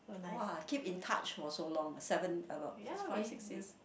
!wah! keep in touch for so long seven about five six years